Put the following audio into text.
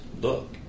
look